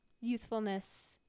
youthfulness